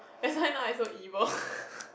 that's why now I so evil